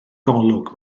golwg